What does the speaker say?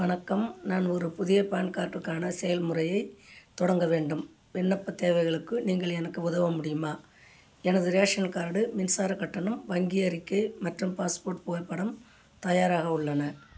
வணக்கம் நான் ஒரு புதிய பான் கார்டுக்கான செயல்முறையைத் தொடங்க வேண்டும் விண்ணப்பத் தேவைகளுக்கு நீங்கள் எனக்கு உதவ முடியுமா எனது ரேஷன் கார்டு மின்சாரக் கட்டணம் வங்கி அறிக்கை மற்றும் பாஸ்போர்ட் புகைப்படம் தயாராக உள்ளன